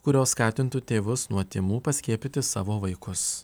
kurios skatintų tėvus nuo tymų paskiepyti savo vaikus